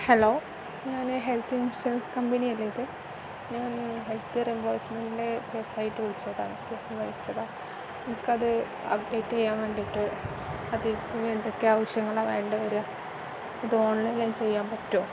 hello ഞാൻ health insurance company അല്ലേ ഇത് ഞാൻ ഹെൽത്ത് റെംബേഴസ്മെൻറിൻ്റെ കെസായിട്ട് വിളിച്ചതാ കേസ് വിളിച്ചതാ എനിക്കത് അപ്ഡേറ്റ് ചെയ്യാൻ വേണ്ടിയിട്ട് അതിൽ എന്തൊക്കെയാ ആവശ്യങ്ങളാ വേണ്ടി വരിക ഇത് ഓൺലൈനായി ചെയ്യാൻ പറ്റുമോ